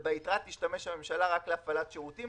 וביתרה תשתמש הממשלה רק להפעלת שירותים